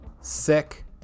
sick